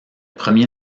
premier